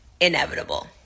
inevitable